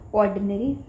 ordinary